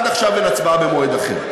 עד עכשיו אין הצבעה במועד אחר.